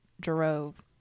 drove